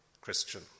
Christian